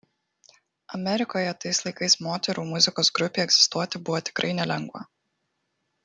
amerikoje tais laikais moterų muzikos grupei egzistuoti buvo tikrai nelengva